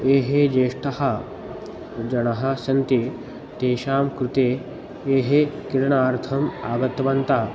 ये ज्येष्ठाः जनाः सन्ति तेषां कृते ये क्रिडनार्थम् आगतवन्तः